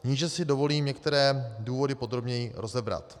Níže si dovolím některé důvody podrobněji rozebrat.